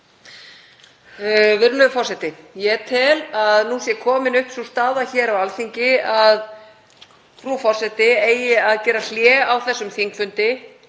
Virðulegur forseti. Ég tel að nú sé komin upp sú staða hér á Alþingi að frú forseti eigi að gera hlé á þessum þingfundi